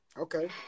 Okay